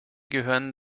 gehören